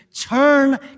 Turn